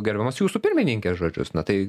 gerbiamos jūsų pirmininkės žodžius na tai